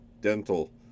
dental